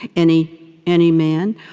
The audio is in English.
any any man,